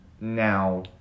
now